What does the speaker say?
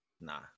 Nah